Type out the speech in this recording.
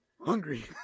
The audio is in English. Hungry